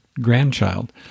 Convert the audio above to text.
grandchild